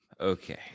Okay